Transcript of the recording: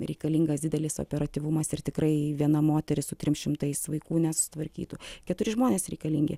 reikalingas didelis operatyvumas ir tikrai viena moteris su trim šimtais vaikų nesusitvarkytų keturi žmonės reikalingi